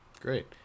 Great